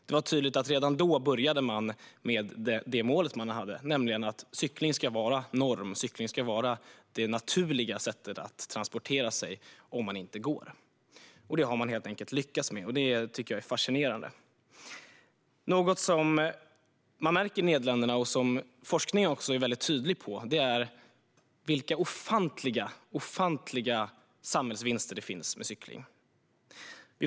Det var tydligt att man redan då började arbeta mot målet att cykling ska vara normen och det naturliga sättet att transportera sig om man inte går. Det har man helt enkelt lyckats med, och det tycker jag är fascinerande. Något som man märker i Nederländerna och som forskningen också är väldigt tydlig med är vilka ofantliga samhällsvinster det finns med cykling.